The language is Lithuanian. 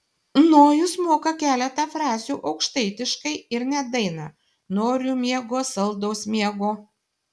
nojus moka keletą frazių aukštaitiškai ir net dainą noriu miego saldaus miego